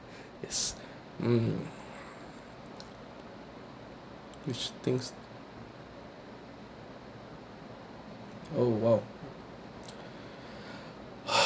yes mm which things oh !wow!